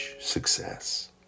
success